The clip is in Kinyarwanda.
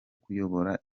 kuyobora